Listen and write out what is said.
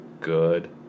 Good